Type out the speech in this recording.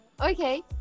Okay